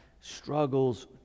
struggles